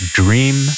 dream